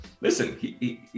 listen